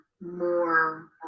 more-